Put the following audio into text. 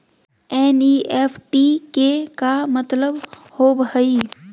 NEFT के का मतलव होव हई?